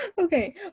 Okay